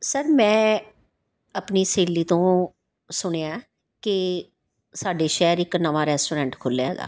sir ਮੈਂ ਆਪਣੀ ਸਹੇਲੀ ਤੋਂ ਸੁਣਿਆ ਕਿ ਸਾਡੇ ਸ਼ਹਿਰ ਇੱਕ ਨਵਾਂ ਰੈਸਟੋਰੈਂਟ ਖੁੱਲ੍ਹਿਆ ਹੈਗਾ